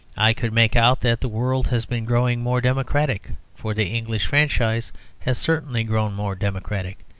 i could make out that the world has been growing more democratic, for the english franchise has certainly grown more democratic.